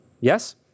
Yes